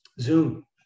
zoom